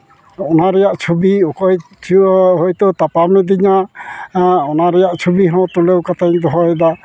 ᱚᱱᱟ ᱨᱮᱭᱟᱜ ᱪᱷᱚᱵᱤ ᱚᱠᱚᱭ ᱪᱚ ᱦᱳᱭᱛᱳ ᱛᱟᱯᱟᱢ ᱞᱤᱫᱤᱧᱟ ᱦᱮᱸ ᱚᱱᱟ ᱨᱮᱭᱟᱜ ᱪᱷᱚᱵᱤ ᱦᱚᱸ ᱛᱩᱞᱟᱹᱣ ᱠᱟᱛᱮᱧ ᱫᱚᱦᱚᱭᱮᱫᱟ